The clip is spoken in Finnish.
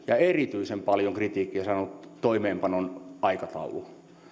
ja erityisen paljon kritiikkiä saaneeseen toimeenpanon aikatauluun